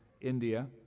India